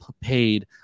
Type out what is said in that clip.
paid